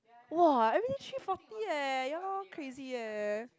!wah! everyday three forty eh ya loh crazy eh